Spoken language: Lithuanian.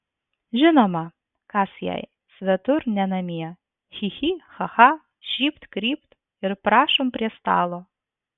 žinoma kas jai svetur ne namie chi chi cha cha šypt krypt ir prašom prie stalo